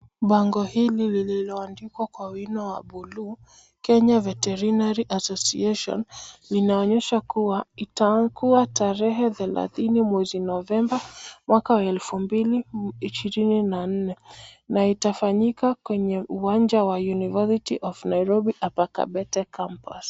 Bango hili lililo andikwa kwa wino wa buluu, Kenya veterinary association linaonyesha kuwa litakuwa tarehe thelathini mwezi Novemba mwaka wa 2024 na itafanyika kwenye uwanja wa University of Nairobi upper Kabete Campus .